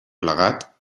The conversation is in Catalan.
plegat